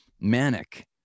manic